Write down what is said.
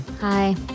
Hi